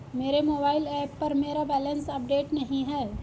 मेरे mobile app पर मेरा बैलेंस अपडेट नहीं है